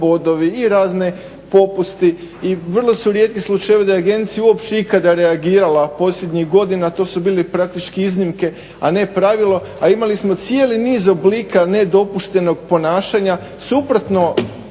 i razni popusti i vrlo su rijetki slučajevi da je agencija uopće ikada reagirala. Posljednjih godina to su bili praktički iznimke, a ne pravilo, a imali smo cijeli niz oblika nedopuštenog ponašanja suprotno